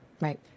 Right